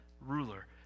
ruler